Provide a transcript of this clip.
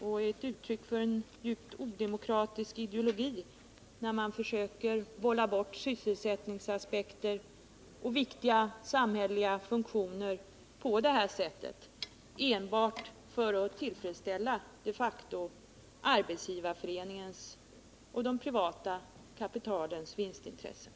Det är ett uttryck för en djupt odemokratisk ideologi när man försöker bolla bort sysselsättningsaspekten och viktiga samhälleliga funktioner på det sättet, de facto enbart för att tillfredsställa Arbetsgivareföreningens och det privata kapitalets vinstintressen.